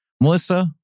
Melissa